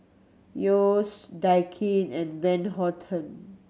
Yeo's Daikin and Van Houten